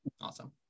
Awesome